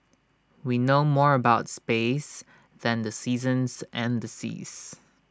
we know more about space than the seasons and the seas